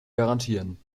garantieren